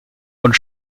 und